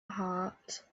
heart